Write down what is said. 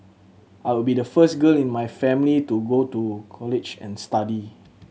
I would be the first girl in my family to go to college and study